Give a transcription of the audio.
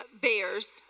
bears